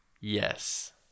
Yes